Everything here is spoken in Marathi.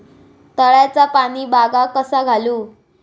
तळ्याचा पाणी बागाक कसा घालू?